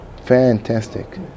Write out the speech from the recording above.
Fantastic